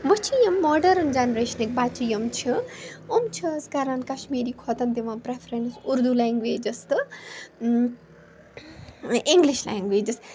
وۄنۍ چھِ یِم ماڈٲرٕنۍ جَنٛریشنٕکۍ بَچّہٕ یِم چھِ یِم چھِ حظ کران کَشمیٖری کھۄتہٕ دِوَان پرٛٮ۪فرٛیٚنس اُردو لیٚنٛگویجَس تہٕ اِنٛگلِش لنٛگویجَس